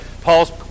Paul's